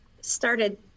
started